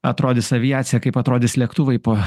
atrodys aviacija kaip atrodys lėktuvai po